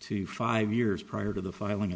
to five years prior to the filing